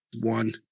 One